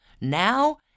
now